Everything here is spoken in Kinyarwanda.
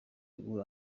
guhura